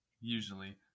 usually